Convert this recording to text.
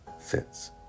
fits